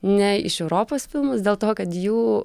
ne iš europos filmus dėl to kad jų